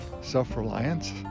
self-reliance